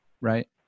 right